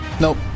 Nope